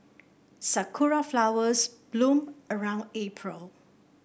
sakura flowers bloom around April